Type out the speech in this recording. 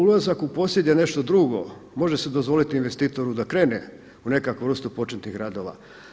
Ulazak u posjed je nešto drugo, može se dozvoliti investitoru da krene u nekakvu vrstu početnih radova.